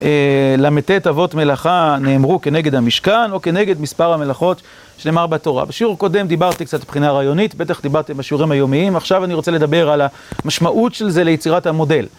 לט אבות מלאכה נאמרו כנגד המשכן, או כנגד מספר המלאכות שנאמר בתורה. בשיעור הקודם דיברתי קצת מבחינה רעיונית, בטח דיברתי בשיעורים היומיים, עכשיו אני רוצה לדבר על המשמעות של זה ליצירת המודל.